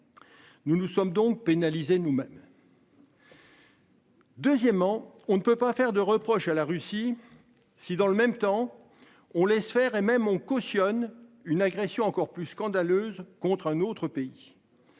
Nous nous sommes donc pénaliser nous-mêmes. Deuxièmement, on ne peut pas faire de reproche à la Russie. Si dans le même temps, on laisse faire et même on cautionne une agression encore plus scandaleuse contre un autre pays.